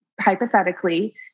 hypothetically